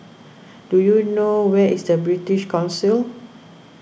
do you know where is British Council